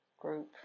group